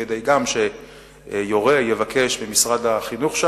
כדי שגם יורה ויבקש שם ממשרד החינוך.